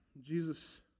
Jesus